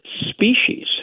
species